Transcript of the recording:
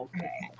Okay